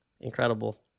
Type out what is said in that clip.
incredible